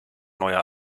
neuer